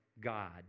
God